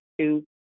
two